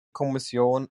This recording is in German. kommission